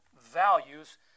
values